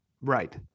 Right